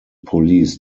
police